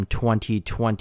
2020